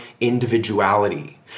individuality